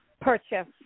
purchase